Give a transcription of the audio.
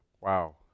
Wow